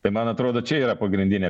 tai man atrodo čia yra pagrindinė